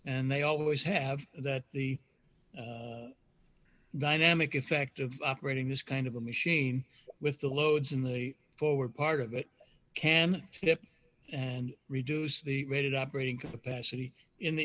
and they always have that the nine amec effect of operating this kind of a machine with the loads in the forward part of it can tip and reduce the rate operating capacity in the